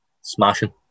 smashing